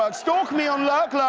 ah stalk me on lurk,